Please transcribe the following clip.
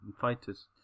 Fighters